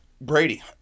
Brady